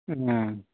ꯎꯝ